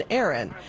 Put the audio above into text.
Aaron